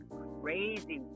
crazy